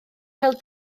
pêl